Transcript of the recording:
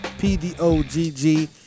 P-D-O-G-G